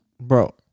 Bro